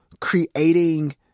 creating